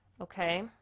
Okay